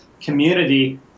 community